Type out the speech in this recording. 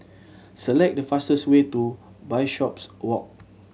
select the fastest way to Bishopswalk